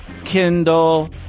Kindle